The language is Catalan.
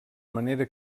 manera